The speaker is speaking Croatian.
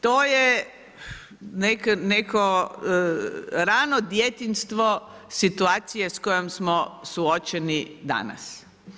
To je neko rano djetinjstvo situacije s kojom smo suočeni danas.